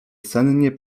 sennie